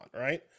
right